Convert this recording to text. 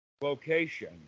location